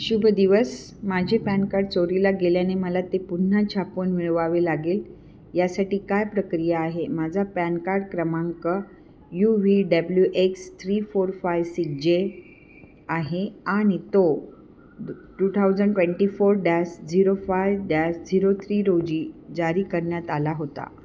शुभदिवस माझे pan card चोरीला गेल्याने मला ते पुन्हा छापवून मिळवावे लागेल यासाठी काय प्रक्रिया आहे माझा पॅन कार्ड क्रमांक U V W X three four five six J आहे आणि तो तू two thousand twenty four dash zero five dash zero three रोजी जारी करण्यात आला होता